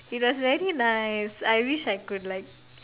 it was very nice I wish I could like